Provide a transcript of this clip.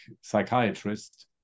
psychiatrist